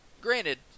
Granted